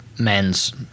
men's